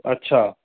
अच्छा